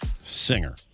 singer